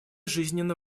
жизненно